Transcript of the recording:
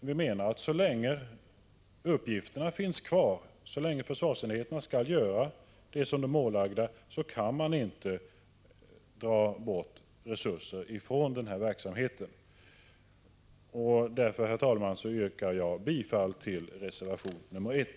Vi menar att så länge uppgifterna finns kvar, så länge försvarsenheterna skall göra vad de är ålagda, kan man inte dra bort resurser från denna verksamhet. Därför, herr talman, yrkar jag bifall till reservation nr 1.